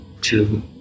two